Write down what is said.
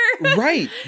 Right